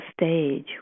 stage